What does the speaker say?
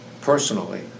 personally